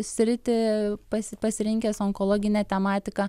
sritį pasi pasirinkęs onkologinę tematiką